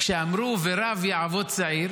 כשאמרו: "ורב יעבֹד צעיר"